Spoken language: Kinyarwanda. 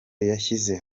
yashyize